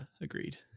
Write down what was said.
agreed